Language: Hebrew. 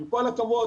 עם כל הכבוד,